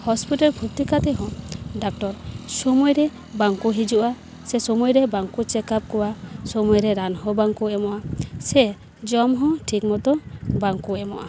hospital ᱵᱷᱚᱨᱛᱤ ᱠᱟᱛᱮ ᱦᱚᱸ ᱰᱟᱠᱴᱚᱨ ᱥᱳᱢᱳᱭ ᱨᱮ ᱵᱟᱝᱠᱚ ᱦᱤᱡᱩᱜᱼᱟ ᱥᱮ ᱥᱳᱢᱳᱭ ᱨᱮ ᱵᱟᱝᱠᱚ ᱪᱮᱠᱮᱯ ᱠᱚᱣᱟ ᱥᱳᱢᱳᱭ ᱨᱮ ᱨᱟᱱ ᱦᱚᱸ ᱵᱟᱝᱠᱚ ᱮᱢᱚᱜᱼᱟ ᱥᱮ ᱡᱚᱢ ᱦᱚᱸ ᱴᱷᱤᱠ ᱢᱚᱛᱚᱵᱟᱝ ᱠᱚ ᱮᱢᱚᱜᱼᱟ